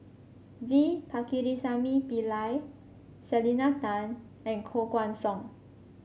V Pakirisamy Pillai Selena Tan and Koh Guan Song